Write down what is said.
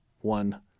one